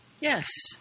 Yes